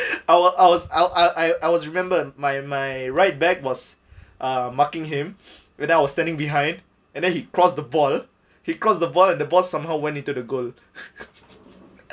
I was I was I'll I'll I I was remember my my right back was uh marking him with I was standing behind and then he cross the ball he cross the ball and the ball somehow went into the goal